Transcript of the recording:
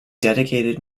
dedicated